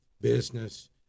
business